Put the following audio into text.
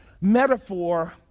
metaphor